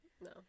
No